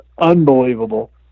unbelievable